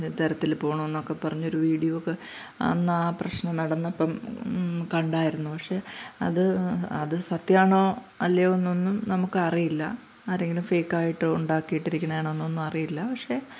തരത്തിൽ പോണമെന്നൊക്കെ പറഞ്ഞൊരു വീഡിയോയൊക്കെ അന്ന് ആ പ്രശ്നം നടന്നപ്പം കണ്ടിരുന്നു പക്ഷേ അത് അത് സത്യമാണോ അല്ലയോ എന്നൊന്നും നമുക്ക് അറിയില്ല ആരെങ്കിലും ഫേക്കായിട്ട് ഉണ്ടാക്കി ഇട്ടിരിക്കുന്നതാണോ എന്നൊന്നും അറിയില്ല പക്ഷേ